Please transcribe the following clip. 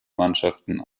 mannschaften